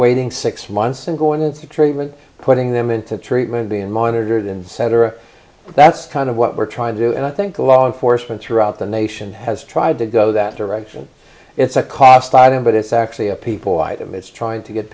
waiting six months and going into treatment putting them into treatment being monitored and cetera that's kind of what we're trying to do and i think law enforcement throughout the nation has tried to go that direction it's a cost item but it's actually a people item it's trying to get